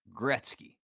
Gretzky